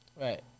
Right